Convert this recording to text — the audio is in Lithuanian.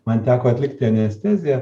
man teko atlikti anesteziją